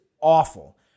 awful